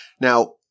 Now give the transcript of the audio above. Now